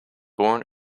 born